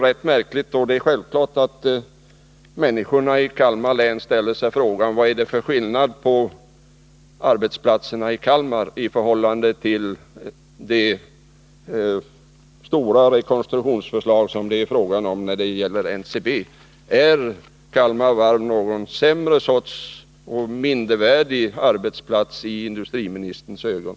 Självfallet ställer sig människorna i Kalmar län frågan: Vad är det för skillnad mellan de aktuella arbetsplatserna i Kalmar och dem som berörs av det stora rekonstruktionsförslaget när det gäller NCB? Är Kalmar Varv sämre eller mindre värt som arbetsplats i industriministerns ögon?